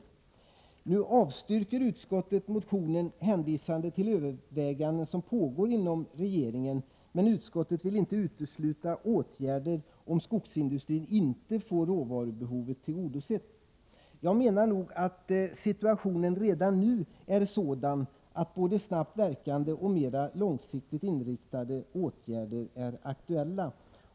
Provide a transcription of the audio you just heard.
Nu avstyrker utskottet motionen med hänvisning till överväganden som pågår inom regeringen. Men utskottet vill inte utesluta åtgärder om skogsindustrin inte får råvarubehovet tillgodosett. Jag anser att situationen redan nu är sådan att både snabbt verkande och mera långsiktigt inriktade åtgärder är aktuella.